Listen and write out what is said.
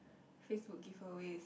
FaceBook giveaway